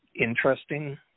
interesting